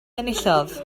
enillodd